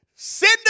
Send